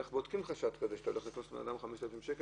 איך בודקים חשד כזה כשאתה הולך לקנוס בן אדם ב-5000 שקל?